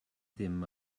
ddim